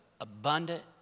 abundant